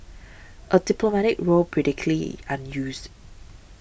a diplomatic row predictably unused